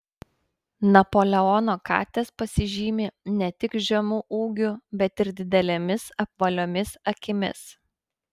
napoleono katės pasižymi ne tik žemu ūgiu bet ir didelėmis apvaliomis akimis